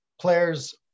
players